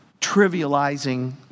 trivializing